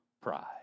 pride